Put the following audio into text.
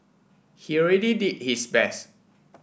he already did his best